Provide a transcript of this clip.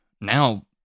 now